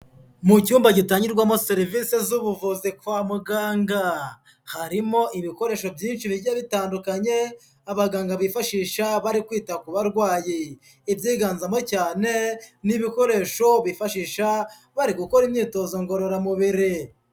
Mu cyumba gitangirwamo serivisi z'ubuvuzi kwa muganga, harimo ibikoresho byinshi bigiye bitandukanye, abaganga bifashisha bari kwita ku barwayi, ibyiganzamo cyane, ni ibikoresho bifashisha bari gukora imyitozo ngororamubiri.